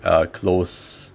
uh close